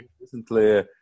recently